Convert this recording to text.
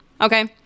okay